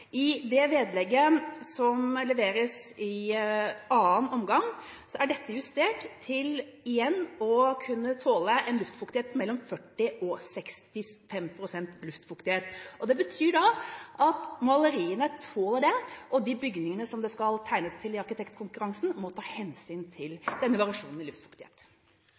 I det vedlegget som leveres i annen omgang, er dette justert til igjen å kunne tåle en luftfuktighet på mellom 40 pst. og 65 pst. Det betyr at maleriene tåler det, og de bygningene som skal tegnes i arkitektkonkurransen, må ta hensyn til denne variasjonen i luftfuktighet.